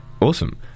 Awesome